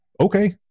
okay